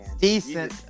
decent